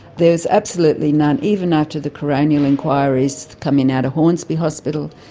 there was absolutely none, even after the coronial enquiries coming out of hornsby hospital,